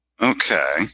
Okay